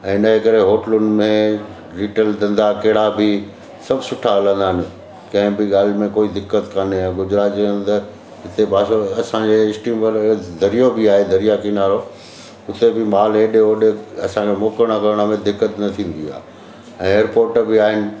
ऐं हिन करे होटलुनि में रिटेल धंधा कहिड़ा बि सभु सुठा हलंदा आहिनि कंहिं बि ॻाल्हि में कोई दिक़त कोन्हे गुजरात जे अंदरु हिते भाषा असांजे स्टेट में दरियो बि आहे दरिया किनारो हुते बि माल हेॾे होॾे असांजो मुक करण में दिक़त न थींदी आहे ऐं एयरपॉट बि आहिनि